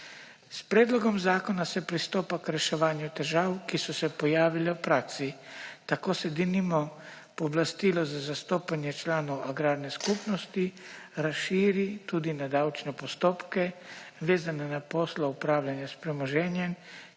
S predlogom zakona se pristopa k reševanju težav, ki so se pojavile v praksi. Tako se denimo pooblastilo za zastopanje članov agrarne skupnosti razširi tudi na davčne postopke, vezane na posle upravljanja s premoženjem,